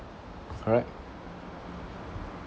correct